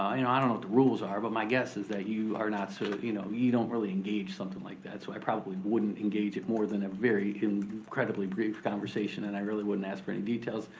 i don't know what the rules are, but my guess is that you are not, sort of you know you don't really engage somethin' like that, so i probably wouldn't engage it more than a very incredibly brief conversation and i really wouldn't ask for any details,